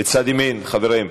בצד ימין, חברים.